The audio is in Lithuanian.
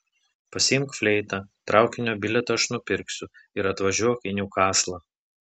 pasiimk fleitą traukinio bilietą aš nupirksiu ir atvažiuok į niukaslą